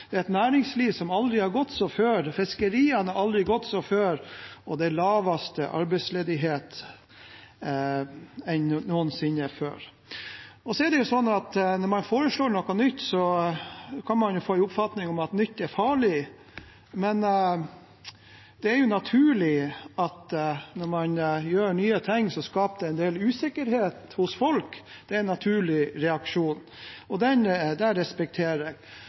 Det er et næringsliv som går som aldri før, fiskeriene går som aldri før, og det er lavere arbeidsledighet enn noensinne. Når man foreslår noe nytt, kan man få en oppfatning av at nytt er farlig. Det er naturlig at når man gjør nye ting, skaper det en del usikkerhet hos folk. Det er en naturlig reaksjon, og det respekterer jeg.